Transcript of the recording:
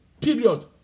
period